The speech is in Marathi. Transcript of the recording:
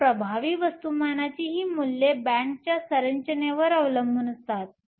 तर प्रभावी वस्तुमानाची ही मूल्ये बँडच्या संरचनेवर अवलंबून असतात